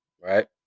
right